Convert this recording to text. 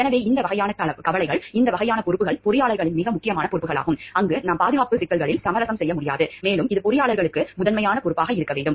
எனவே இந்த வகையான கவலைகள் இந்த வகையான பொறுப்புகள் பொறியாளர்களின் மிக முக்கியமான பொறுப்புகளாகும் அங்கு நாம் பாதுகாப்பு சிக்கல்களில் சமரசம் செய்ய முடியாது மேலும் இது பொறியாளர்களுக்கு முதன்மையான பொறுப்பாக இருக்க வேண்டும்